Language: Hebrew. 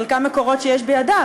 חלקם מקורות שיש בידיו,